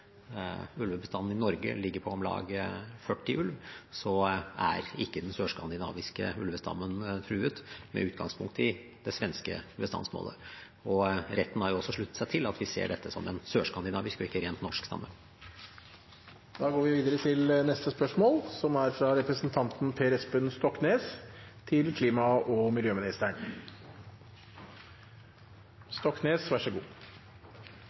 ulvebestanden i Norge ligger på om lag 40 ulv, er ikke den sørskandinaviske ulvestammen truet, med utgangspunkt i det svenske bestandsmålet. Retten har også sluttet seg til at vi ser dette som en sørskandinavisk og ikke rent norsk stamme. «Sverige har gjennomført en utredning av bestandsstørrelse og forvaltningsmål som kreves for å ha en levedyktig ulvebestand. Det er ikke gjort en tilsvarende vurdering i Norge, og